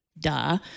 Duh